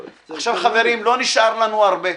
עכשיו, חברים, לא נשאר לנו הרבה.